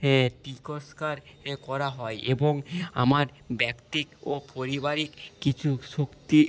এ তিরস্কার এ করা হয় এবং আমার ব্যক্তিক ও পরিবারিক কিছু শক্তি